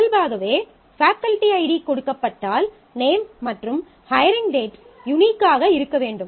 இயல்பாகவே faculty ID கொடுக்கப்பட்டால் name மற்றும் ஹயரிங் டேட் யூனிக் ஆக இருக்க வேண்டும்